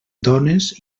dones